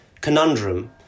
conundrum